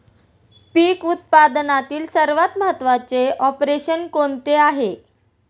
पीक उत्पादनातील सर्वात महत्त्वाचे ऑपरेशन कोणते आहे?